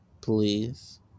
Please